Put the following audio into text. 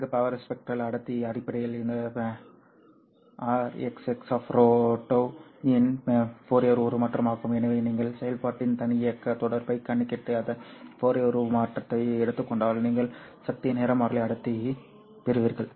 நன்கு power spectral அடர்த்தி அடிப்படையில் இந்த RXXτ இன் ஃபோரியர் உருமாற்றம் ஆகும் எனவே நீங்கள் செயல்பாட்டின் தன்னியக்க தொடர்பைக் கணக்கிட்டு அதன் ஃபோரியர் உருமாற்றத்தை எடுத்துக் கொண்டால் நீங்கள் சக்தி நிறமாலை அடர்த்தியைப் பெறுவீர்கள்